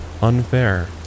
Unfair